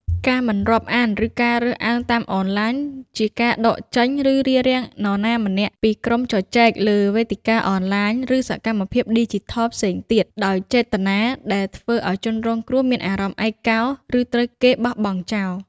ការមិនរាប់អាន ឬការរើសអើងតាមអនឡាញ ជាការដកចេញ ឬរារាំងនរណាម្នាក់ពីក្រុមជជែកលើវេទិកាអនឡាញ ឬសកម្មភាពឌីជីថលផ្សេងទៀតដោយចេតនា ដែលធ្វើឲ្យជនរងគ្រោះមានអារម្មណ៍ឯកោ ឬត្រូវគេបោះបង់ចោល។